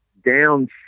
down